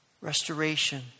restoration